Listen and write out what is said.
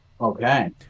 Okay